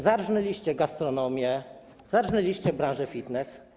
Zarżnęliście gastronomię, zarżnęliście branżę fitness.